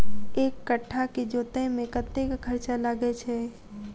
एक कट्ठा केँ जोतय मे कतेक खर्चा लागै छै?